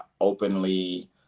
openly